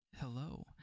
Hello